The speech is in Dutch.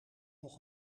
nog